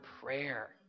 prayer